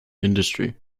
industry